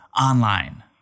online